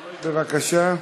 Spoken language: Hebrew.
בבקשה.